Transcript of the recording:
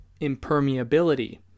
impermeability